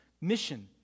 mission